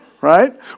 right